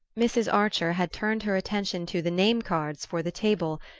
mrs. archer had turned her attention to the name-cards for the table,